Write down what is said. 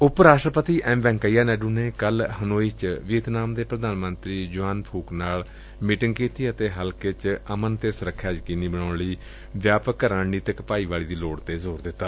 ਉਪ ਰਾਸ਼ਟਰਪਤੀ ਐਮ ਵੈ'ਕਈਆ ਨਾਇਡੂ ਨੇ ਕੱਲੂ ਹਨੋਈ ਵਿਚ ਵੀਅਤਨਾਮ ਦੇ ਪ੍ਰਧਾਨ ਮੰਤਰੀ ਜੁਆਨ ਫੂਕ ਨਾਲ ਮੀਟਿੰਗ ਕੀਤੀ ਅਤੇ ਹਲਕੇ ਵਿਚ ਅਮਨ ਦੇ ਸੁਰੱਖਿਆ ਯਕੀਨੀ ਬਣਾਉਣ ਲਈ ਵਿਆਪਕ ਰਣਨੀਤਕ ਭਾਈਵਾਲੀ ਦੇ ਲੋੜ ਤੇ ਜ਼ੋਰ ਦਿੱਤਾ